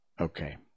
Okay